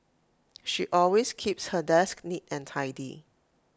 she always keeps her desk neat and tidy